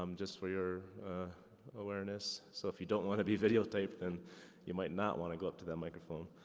um just for your awareness, so if you don't want to be videotaped, and you might not wanna go up to that microphone.